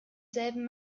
selben